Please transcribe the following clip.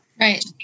Right